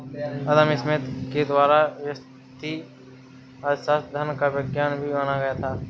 अदम Smith के द्वारा व्यष्टि अर्थशास्त्र धन का विज्ञान भी माना था